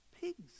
Pigs